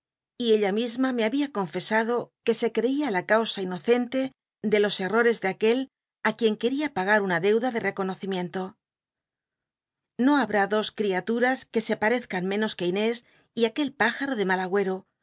y ella misma me babia confusado que se creía la causa inocente de los crtotcs de aquel á quien quería pagar una deuda de reconocimiento i o habrá dos criatura s c uc se parczcm menos que inés y aquel pájaro do mal ag